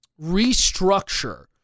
restructure